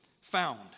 found